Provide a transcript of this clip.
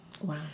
Wow